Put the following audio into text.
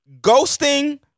ghosting